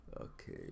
okay